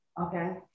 Okay